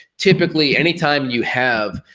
typically, anytime you have,